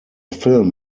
film